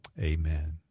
amen